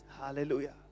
hallelujah